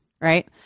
right